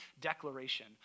declaration